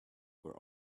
were